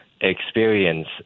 experience